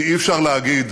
כי אי-אפשר להגיד: